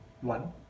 One